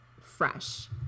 fresh